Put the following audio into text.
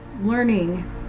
learning